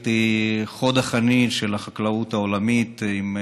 ישראלית היא חוד החנית של החקלאות העולמית, עם